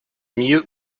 mute